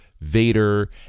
Vader